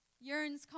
yearns